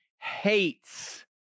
hates